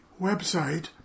website